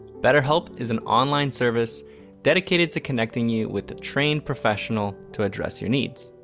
betterhelp is an online service dedicated to connecting you with a trained professional to address your needs.